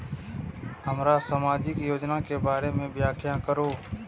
हमरा सामाजिक योजना के बारे में व्याख्या करु?